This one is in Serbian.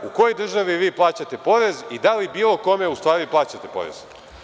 U kojoj državi vi plaćate porez i da li bilo kome u stvari plaćate porez?